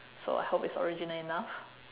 so I hope it's original enough